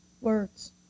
words